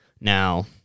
Now